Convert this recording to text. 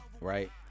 right